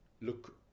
Look